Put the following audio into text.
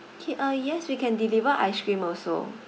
okay uh yes we can deliver ice cream also